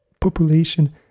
population